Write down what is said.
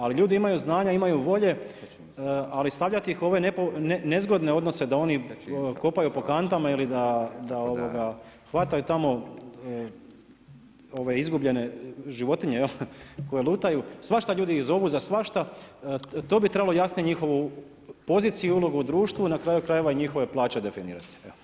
Ali ljudi imaju znanja, imaju volje, ali stavljati ih u ove nezgodne odnose da oni kopaju po kantama ili da hvataju tamo izgubljene životinje koje lutaju, svašta ljudi ih zovu za svašta to bi trebalo jasnije njihovu poziciju i ulogu u društvu i na kraju krajeva njihove plaće definirati.